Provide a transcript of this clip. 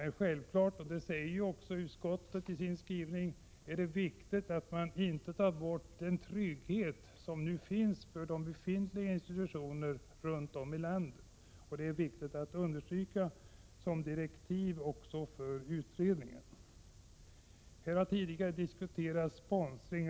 Men självfallet — det säger utskottet också i sin skrivning — är det viktigt att man inte tar bort den trygghet som nu finns för befintliga institutioner runt om i landet. Det är viktigt att understryka som direktiv också för utredningen. Här har tidigare diskuterats sponsring.